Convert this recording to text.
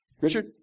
Richard